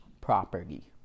property